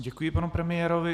Děkuji panu premiérovi.